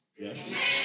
Yes